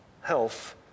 health